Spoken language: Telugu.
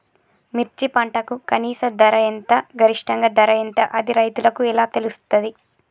మిర్చి పంటకు కనీస ధర ఎంత గరిష్టంగా ధర ఎంత అది రైతులకు ఎలా తెలుస్తది?